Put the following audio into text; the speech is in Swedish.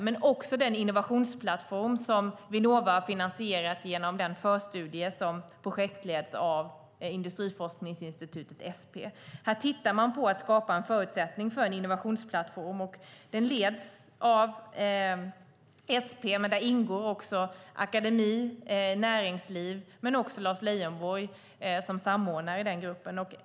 Vi har också den innovationsplattform som Vinnova har finansierat genom den förstudie som projektleds av industriforskningsinstitutet SP. Här tittar man på att skapa en förutsättning för en innovationsplattform. Arbetet leds av SP, och där ingår också akademi och näringsliv. Även Lars Leijonborg är med som samordnare i den gruppen.